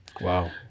Wow